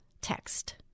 text